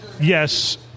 yes